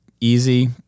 easy